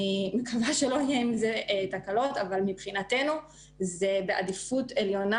אני מקווה שלא יהיו עם זה תקלות אבל מבחינתנו זה בעדיפות עליונה,